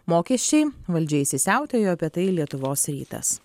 mokesčiai valdžia įsisiautėjo apie tai lietuvos rytas